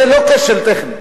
זה לא כשל טכני.